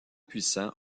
puissants